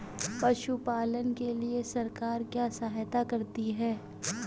पशु पालन के लिए सरकार क्या सहायता करती है?